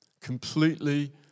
completely